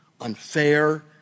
unfair